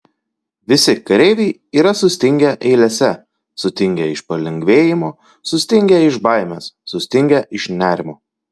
visi kareiviai yra sustingę eilėse sutingę iš palengvėjimo sustingę iš baimės sustingę iš nerimo